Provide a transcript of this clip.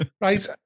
right